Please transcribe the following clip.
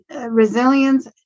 resilience